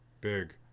big